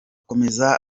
akomeza